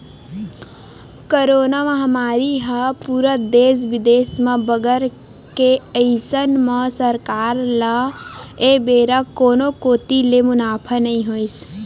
corona महामारी ह पूरा देस बिदेस म बगर गे अइसन म सरकार ल ए बेरा कोनो कोती ले मुनाफा नइ होइस